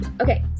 Okay